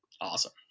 Awesome